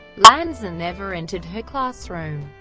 lanza never entered her classroom.